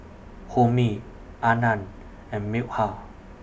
Homi Anand and Milkha